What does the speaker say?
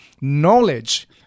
knowledge